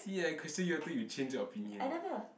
see I question you until you change your opinion